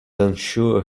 unsure